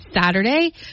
Saturday